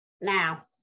Now